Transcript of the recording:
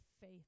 faith